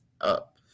up